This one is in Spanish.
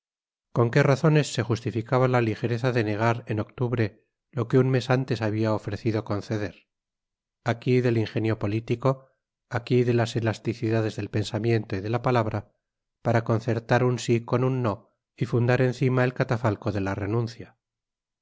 con qué razones se justificaba la ligereza de negar en octubre lo que un mes antes había ofrecido conceder aquí del ingenio político aquí de las elasticidades del pensamiento y de la palabra para concertar un sí con un no y fundar encima el catafalco de la renuncia